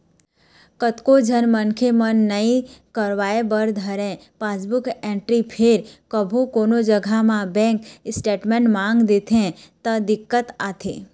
कतको झन मनखे मन नइ करवाय बर धरय पासबुक एंटरी फेर कभू कोनो जघा म बेंक स्टेटमेंट मांग देथे त दिक्कत आथे